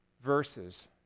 verses